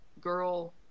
girl